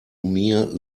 mir